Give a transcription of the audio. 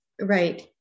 Right